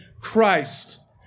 Christ